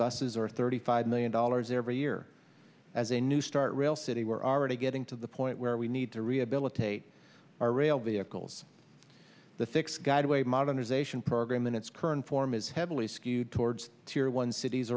buses or thirty five million dollars every year as a new start rail city we're already getting to the point where we need to rehabilitate our rail vehicles the fixed guideway modernization program in its current form is heavily skewed towards tier one cities